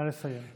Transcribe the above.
נא לסיים.